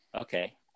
Okay